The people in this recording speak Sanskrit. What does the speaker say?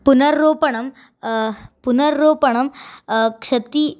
पुनारोपणं पुनारोपणं क्षतिः